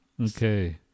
Okay